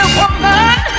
woman